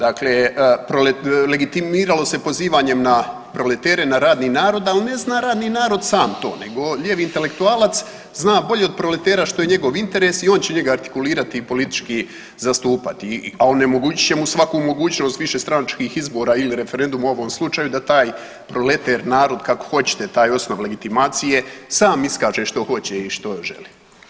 Dakle, .../nerazumljivo/... legitimiralo se pozivanjem na proletere, na radni narod, ali ne zna radni narod sam to, nego lijevi intelektualac zna bolje od proletera što je njegov interes i on će njega artikulirati i politički zastupati, a onemogućit će mu svaku mogućnost višestranačkih izbora ili referenduma, u ovom slučaju, da taj proleter, narod, kako hoćete, taj osnov legitimacije, sam iskaže što hoće i što želi.